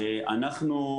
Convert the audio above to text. אנחנו,